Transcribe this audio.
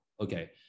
okay